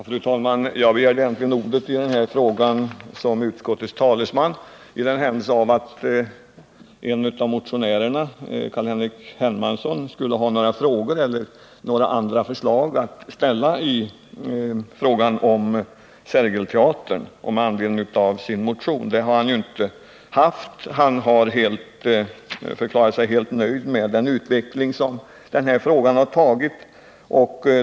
Fru talman! Jag begärde ordet i den här frågan i egenskap av utskottets talesman, för den händelse motionären skulle ha några frågor eller förslag att ställa med anledning av sin motion. Det hade han inte. Han förklarade sig helt nöjd med den utveckling frågan tagit.